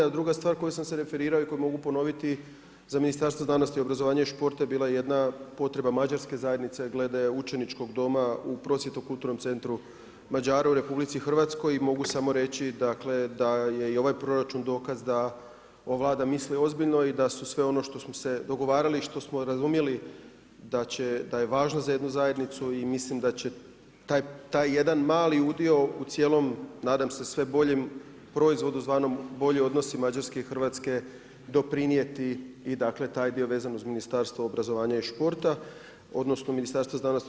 A druga stvar o kojoj sam se referirao i koju mogu ponoviti za Ministarstvo znanosti, obrazovanja i športa je bila jedna potreba mađarske zajednice glede učeničkog doma u prosvjetnom kulturnom centru Mađaru u RH i mogu samo reći dakle, da je i ovaj proračun dokaz, da ova Vlada misli ozbiljno i da su sve ono što smo se dogovarali i što smo razumjeli da je važno za jednu zajednicu i mislim da će taj jedan mali udio u cijelom, nadam se sve boljem proizvodu zvanom boljem odnosu Mađarske i Hrvatske doprinijeti i dakle, taj dio vezan uz Ministarstvo obrazovanja i športa, odnosno, Ministarstvo znanosti i